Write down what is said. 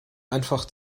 einfach